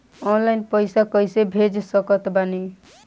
Online पैसा कैसे भेज सकत बानी?